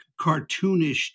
cartoonish